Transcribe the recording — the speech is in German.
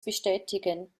bestätigen